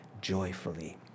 joyfully